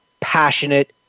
passionate